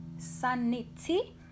sanity